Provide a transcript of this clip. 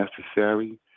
necessary